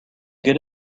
get